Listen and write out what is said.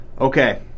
Okay